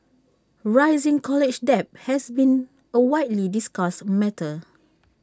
rising college debt has been A widely discussed matter